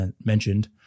mentioned